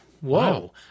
whoa